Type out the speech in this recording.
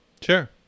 sure